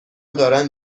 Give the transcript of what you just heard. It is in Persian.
دارند